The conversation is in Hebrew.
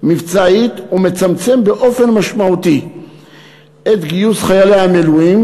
מבצעית ומצמצם באופן משמעותי את גיוס חיילי המילואים,